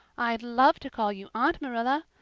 i'd love to call you aunt marilla,